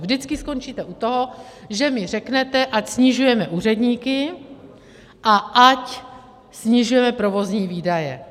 Vždycky skončíte u toho, že mi řeknete, ať snižujeme úředníky a ať snižujeme provozní výdaje.